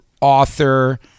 author